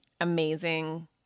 amazing